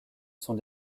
sont